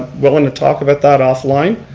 willing to talk about that offline,